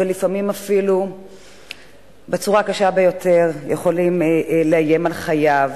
ולפעמים אפילו בצורה הקשה ביותר יכולים לאיים על חייו.